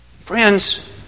Friends